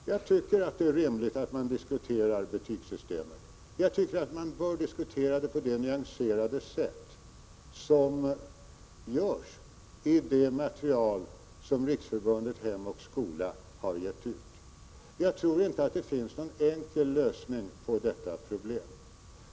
Jag tycker att det är rimligt att man diskuterar betygssystemet. Jag tycker att man bör diskutera det på det nyanserade sätt som görs i det material som Riksförbundet Hem och Skola har gett ut. Jag tror inte att det finns någon enkel lösning på detta problem.